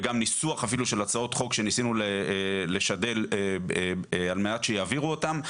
וגם ניסוח אפילו של הצעות חוק שניסינו לשדל על מנת שיעבירו אותם.